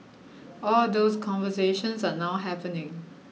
all those conversations are now happening